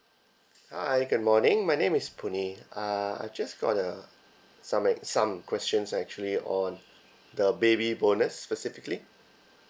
hi good morning my name is puh nee uh I just got uh some ac~ some questions actually on the baby bonus specifically